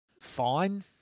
fine